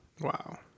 wow